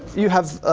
you have